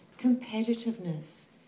competitiveness